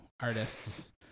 artists